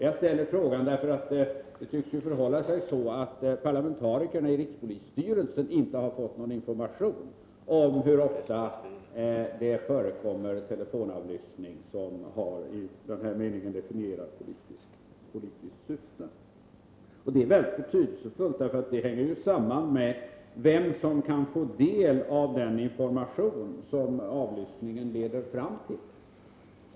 Jag ställer frågorna därför att det ju tycks förhålla sig så att parlamentarikerna i rikspolisstyrelsen inte har fått någon information om hur ofta det förekommer telefonavlyssning som har i den här definierade meningen politiskt syfte. Det är väldigt betydelsefullt, för det sammanhänger ju med vem som kan få del av den information som avlyssningen leder fram till.